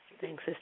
Thanks